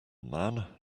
man